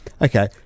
Okay